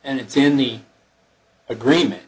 and it's in the agreement